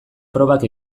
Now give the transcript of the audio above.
probak